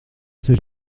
ces